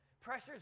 pressures